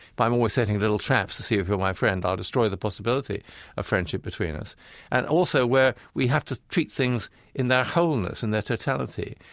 if i'm always setting little traps to see if you're my friend, i'll destroy the possibility of friendship between us and also where we have to treat things in their wholeness, in their totality.